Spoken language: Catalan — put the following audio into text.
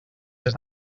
les